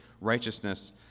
righteousness